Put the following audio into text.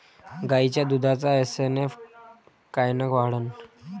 गायीच्या दुधाचा एस.एन.एफ कायनं वाढन?